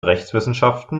rechtswissenschaften